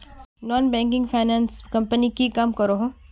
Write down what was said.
Non banking finance company की काम करोहो?